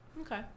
Okay